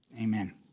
Amen